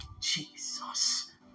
Jesus